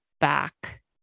back